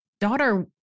daughter